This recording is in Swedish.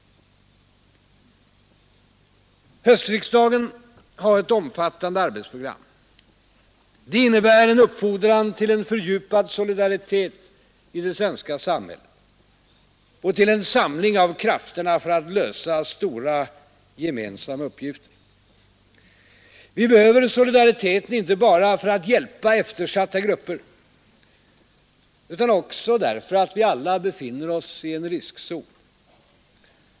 Höstriksdagen har ett omfattande arbetsprogram. Det innebär en uppfordran till en fördjupad solidaritet i det svenska samhället och till en samling av krafterna för att lösa stora gemensamma uppgifter. Vi behöver solidariteten inte bara för att hjälpa eftersatta grupper utan också därför att vi alla befinner oss i en riskzon.